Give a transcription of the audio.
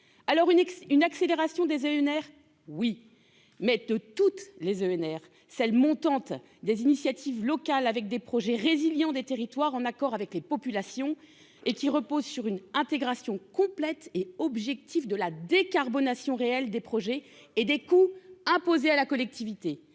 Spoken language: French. alors une une accélération des et une oui mais de toutes les ENR celle montante des initiatives locales avec des projets résiliant des territoires en accord avec les populations et qui repose sur une intégration complète et objective de la décarbonation réel des projets et des coûts imposés à la collectivité,